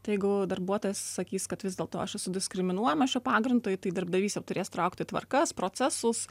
tai jeigu darbuotojas sakys kad vis dėlto aš esu diskriminuojamas šiuo pagrindu tai darbdavys ir turės traukti tvarkas procesus